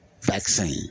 Vaccine